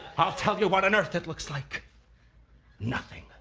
i'll tell you what on earth it looks like nothing.